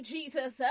Jesus